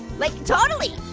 like totally,